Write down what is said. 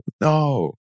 No